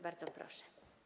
Bardzo proszę.